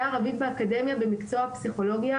הערבית באקדמיה במקצוע הפסיכולוגיה.